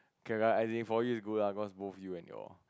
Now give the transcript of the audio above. okay lah as in for you it's good cause both you and your